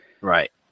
Right